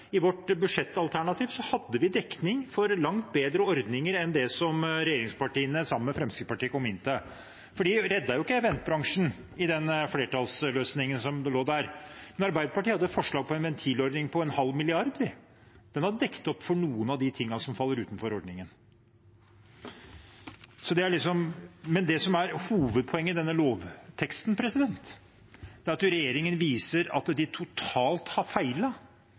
i vårt budsjettalternativ hadde vi dekning for langt bedre ordninger enn det regjeringspartiene sammen med Fremskrittspartiet kom fram til, for de reddet ikke eventbransjen i den flertallsløsningen som lå der. Men Arbeiderpartiet hadde et forslag om en ventilordning på en halv milliard, og den hadde dekket opp for noe av det som faller utenfor ordningen. Men det som er hovedpoenget i denne lovteksten, er at regjeringen viser at de har feilet totalt overfor næringslivet, at de har